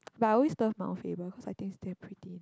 but I always love Mount Faber cause I think is damn pretty and then